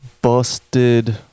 busted